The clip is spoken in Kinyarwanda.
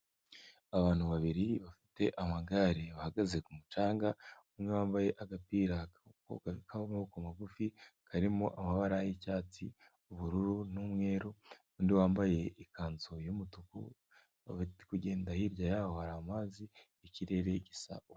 Abantu babiri bafite amagare bahagaze ku mucanga umwe wambaye agapira k'amaboko magufi karimo amabara y'icyatsi, ubururu n'umweru, undi wambaye ikanzu y'umutuku, ari kugenda hirya yaho hari amazi ikirere gisa.